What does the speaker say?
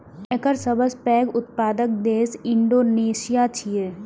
एकर सबसं पैघ उत्पादक देश इंडोनेशिया छियै